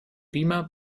beamer